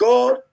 God